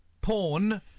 pawn